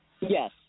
Yes